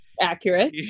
Accurate